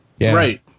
Right